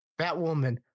Batwoman